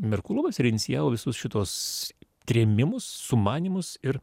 merkulovas ir inicijavo visus šituos trėmimus sumanymus ir